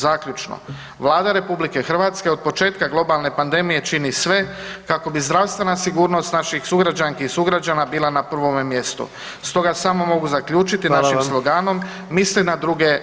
Zaključno, Vlada RH od početka globalne pandemije čini sve kako bi zdravstvena sigurnost naših sugrađanki i sugrađana bila na prvome mjestu, stoga samo mogu zaključiti našim sloganom, [[Upadica predsjednik: Hvala vam.]] „Misli na druge.